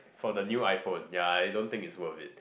for the new iPhone ya I don't think it's worth it